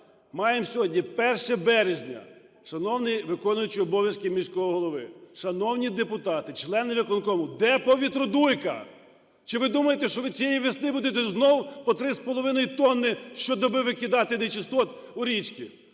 Маємо сьогодні 1 березня, шановний виконуючий обов'язки міського голови, шановні депутати члени виконкому, де повітродуйка? Чи ви думаєте, що ви цієї весни будете знову по три з половиною тони щодоби викидати нечистот у річку?!